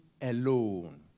alone